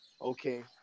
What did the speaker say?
okay